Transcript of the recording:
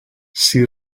s’hi